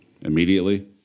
immediately